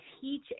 teach